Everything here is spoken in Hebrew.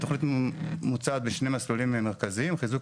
התכנית מוצעת בשני מסלולים מרכזיים: חיזוק